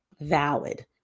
Valid